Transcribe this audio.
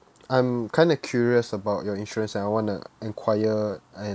I'm kind of curious about your insurance I wanna enquire an